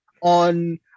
on